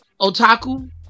otaku